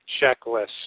checklist